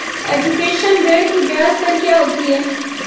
Education ऋृण की ब्याज दर क्या होती हैं?